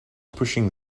pushing